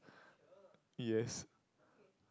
yes